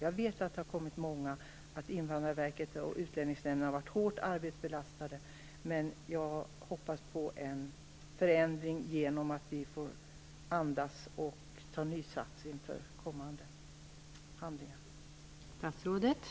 Jag vet att det har kommit många och att Invandrarverket och Utlänningsnämnden har varit hårt arbetsbelastade, men jag hoppas på en förändring genom att vi får andas ut och ta ny sats inför kommande handlingar.